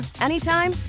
anytime